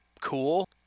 cool